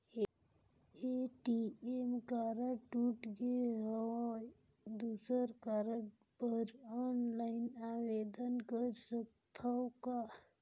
ATM card टूट गे हववं दुसर कारड बर ऑनलाइन आवेदन कर सकथव का?